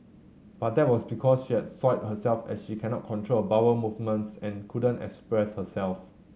but that was because she had soiled herself as she cannot control bowel movements and couldn't express herself